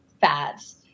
fats